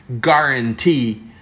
guarantee